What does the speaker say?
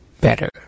better